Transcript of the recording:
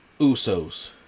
Usos